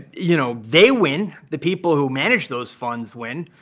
you know they win. the people who manage those funds win.